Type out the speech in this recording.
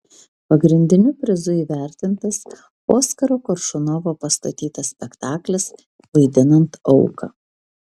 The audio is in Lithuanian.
pagrindiniu prizu įvertintas oskaro koršunovo pastatytas spektaklis vaidinant auką